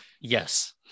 Yes